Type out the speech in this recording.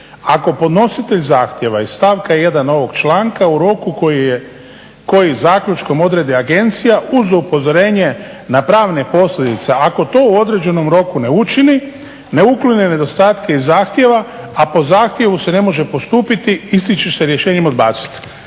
"Ako podnositelj zahtjeva iz stavka 1. ovog članka u roku koji zaključkom odredi agencija uz upozorenje na pravne posljedice. Ako to u određenom roku ne učini, ne uklone nedostatke iz zahtjeva, a po zahtjevu se ne može postupiti isti će se rješenjem odbacit."